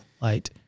light